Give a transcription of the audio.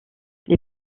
les